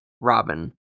Robin